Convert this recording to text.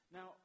Now